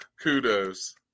Kudos